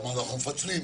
אמרנו: אנחנו מפצלים,